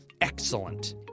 excellent